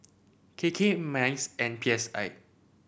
K K MICE and P S I